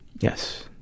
Yes